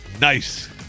Nice